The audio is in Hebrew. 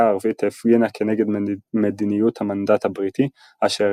הערבית הפגינה כנגד מדיניות המנדט הבריטי אשר